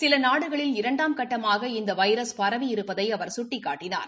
சில நாடுகளில் இரண்டாம் கட்டமாக இந்த வைரஸ் பரவியிருப்பதை அவர் சுட்டிக்காட்டினார்